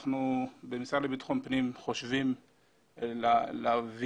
אנחנו במשרד לביטחון פנים חושבים להביא